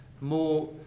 more